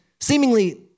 seemingly